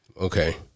Okay